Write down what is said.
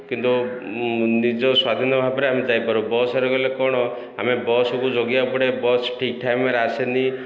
କିନ୍ତୁ ନିଜ ସ୍ୱାଧୀନ ଭାବରେ ଆମେ ଯାଇପାରୁ ବସରେ ଗଲେ କ'ଣ ଆମେ ବସ୍କୁ ଯଗିବାକୁ ପଡ଼େ ବସ୍ ଠିକ୍ ଟାଇମରେ ଆସେନି